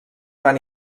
van